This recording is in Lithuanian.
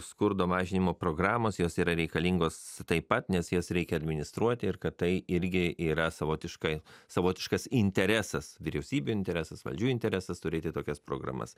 skurdo mažinimo programos jos yra reikalingos taip pat nes jas reikia administruoti ir kad tai irgi yra savotiškai savotiškas interesas vyriausybių interesas valdžių interesas turėti tokias programas